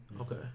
Okay